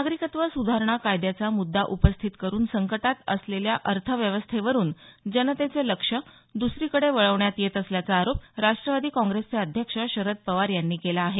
नागरिकत्व सुधारणा कायद्याचा मुद्दा उपस्थित करुन संकटात असलेल्या अर्थव्यवस्थेवरून जनतेचं लक्ष दसरीकडे वळवण्यात येत असल्याचा आरोप राष्टवादी काँग्रेसचे अध्यक्ष शरद पवार यांनी केला आहे